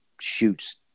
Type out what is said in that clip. shoots